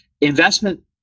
investment